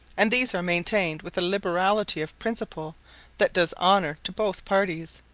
and these are maintained with a liberality of principle that does honour to both parties,